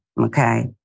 okay